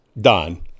done